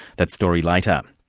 that story later.